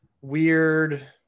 weird